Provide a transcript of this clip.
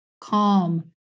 calm